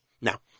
Now